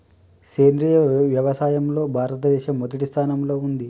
సేంద్రియ వ్యవసాయంలో భారతదేశం మొదటి స్థానంలో ఉంది